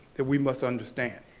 that we must understand.